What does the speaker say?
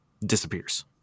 disappears